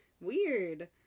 weird